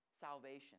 salvation